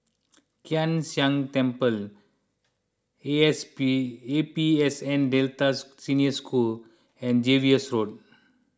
Kai San Temple A S P A P S N Delta Senior School and Jervois Road